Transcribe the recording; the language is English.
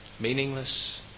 Meaningless